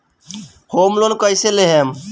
Home loan कैसे लेहम?